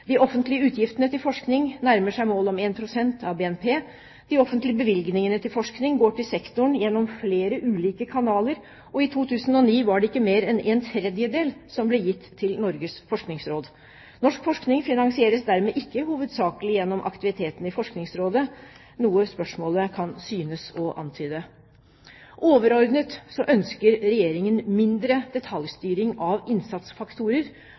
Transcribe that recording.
De offentlige utgiftene til forskning nærmer seg målet om 1 pst. av BNP. De offentlige bevilgningene til forskning går til sektoren gjennom flere ulike kanaler, og i 2009 var det ikke mer enn en tredjedel som ble gitt til Norges forskningsråd. Norsk forskning finansieres dermed ikke hovedsakelig gjennom aktivitetene i Forskningsrådet, noe spørsmålet kan synes å antyde. Overordnet ønsker Regjeringen mindre detaljstyring av innsatsfaktorer,